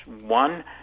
one